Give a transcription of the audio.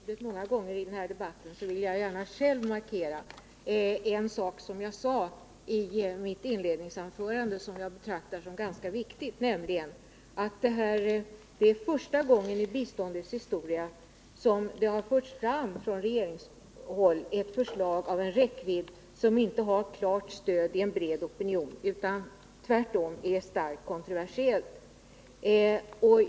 Herr talman! Även om jag har haft ordet många gånger i den här debatten vill jag gärna själv på en punkt understryka vad jag sade i mitt inledningsanförande och som jag betraktar som viktigt, nämligen att detta är första gången i biståndets historia som det från regeringshåll framförts ett förslag av en räckvidd som inte har klart stöd i en bred opinion utan tvärtom är starkt kontroversiellt.